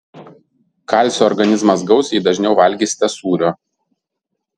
kalcio organizmas gaus jei dažniau valgysite sūrio